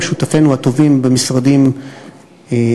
עם שותפינו הטובים במשרדים האחרים,